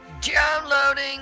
downloading